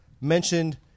mentioned